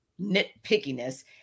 nitpickiness